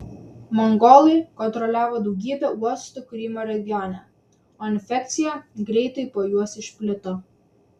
mongolai kontroliavo daugybę uostų krymo regione o infekcija greitai po juos išplito